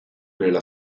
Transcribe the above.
nella